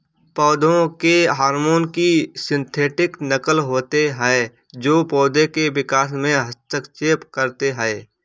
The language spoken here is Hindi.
पौधों के हार्मोन की सिंथेटिक नक़ल होते है जो पोधो के विकास में हस्तक्षेप करते है